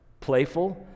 playful